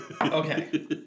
Okay